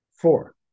four